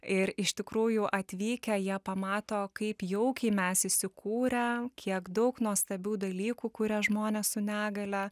ir iš tikrųjų atvykę jie pamato kaip jaukiai mes įsikūrę kiek daug nuostabių dalykų kuria žmonės su negalia